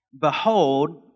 behold